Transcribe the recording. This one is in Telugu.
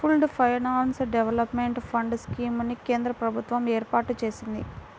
pooled finance development fund scheme ని కేంద్ర ప్రభుత్వం ఏర్పాటు చేసింది